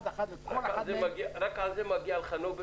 אחד-אחד --- רק על זה מגיע לך נובל,